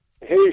Hey